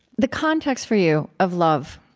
the context, for you, of love,